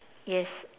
yes